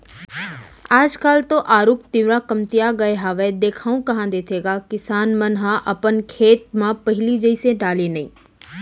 आज काल तो आरूग तिंवरा कमतिया गय हावय देखाउ कहॉं देथे गा किसान मन ह अपन खेत म पहिली जइसे डाले नइ